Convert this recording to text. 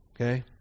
Okay